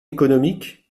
économiques